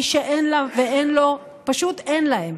מי שאין לה ואין לו, פשוט אין להם.